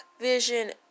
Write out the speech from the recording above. vision